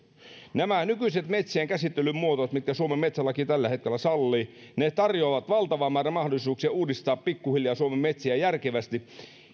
nykyiset metsienkäsittelyn muodot mitkä suomen metsälaki tällä hetkellä sallii tarjoavat valtavan määrän mahdollisuuksia pikkuhiljaa uudistaa suomen metsiä järkevästi